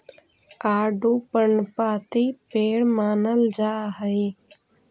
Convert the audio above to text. आडू पर्णपाती पेड़ मानल जा हई